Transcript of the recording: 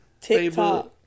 TikTok